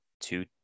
two